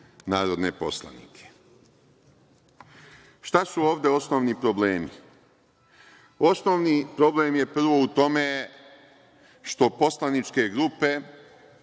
narodne poslanike. Šta su ovde osnovni problemi? Osnovni problem je prvo u tome što poslaničke grupe